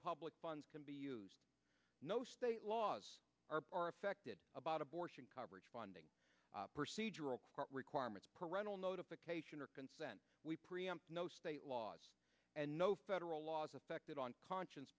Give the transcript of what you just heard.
public funds can be used no state laws are are affected about abortion coverage funding procedural court requirements parental notification or consent we preempt no state laws and no federal laws affected on conscience